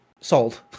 sold